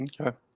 Okay